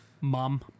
Mom